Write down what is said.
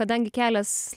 kadangi kelias